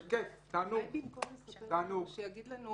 הסעיף הזה מסדיר מה יהיו תוצאות העבירה